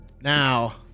Now